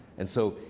and so,